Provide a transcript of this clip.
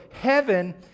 heaven